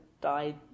died